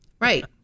Right